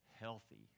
healthy